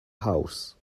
house